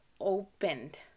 opened